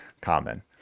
common